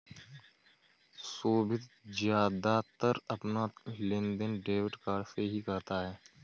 सोभित ज्यादातर अपना लेनदेन डेबिट कार्ड से ही करता है